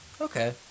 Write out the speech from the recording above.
Okay